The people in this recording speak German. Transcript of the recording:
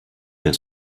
der